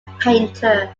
painter